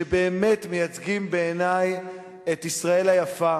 שבאמת מייצגים בעיני את ישראל היפה,